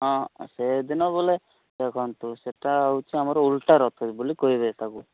ହଁ ସେଦିନ ବୋଲେ ଦେଖନ୍ତୁ ସେଇଟା ହେଉଛି ଆମର ଓଲଟା ରଥ ବୋଲି କହିବେ ତା'କୁ